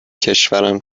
کشورم